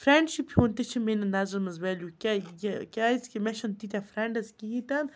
friendship ہُنٛد تہِ چھِ میٛانہِ نظرَن منٛز ویلیوٗ کیٛاہ کہِ کیٛازِکہِ مےٚ چھُنہٕ تیٖتیٛاہ فرٛٮ۪نٛڈٕز کِہیٖنۍ تہِ نہٕ